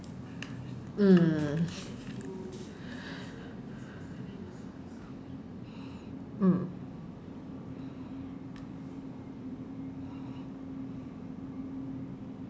mm mm